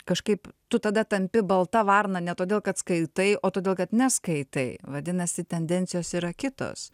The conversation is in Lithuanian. kažkaip tu tada tampi balta varna ne todėl kad skaitai o todėl kad neskaitai vadinasi tendencijos yra kitos